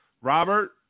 Robert